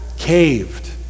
caved